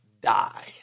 die